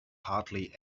hardly